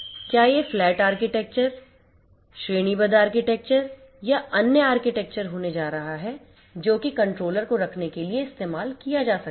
क्या यह flat architecture श्रेणीबद्ध आर्किटेक्चर या अन्य आर्किटेक्चर होने जा रहा है जो कि कंट्रोलर को रखने के लिए इस्तेमाल किया जा सकता है